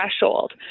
threshold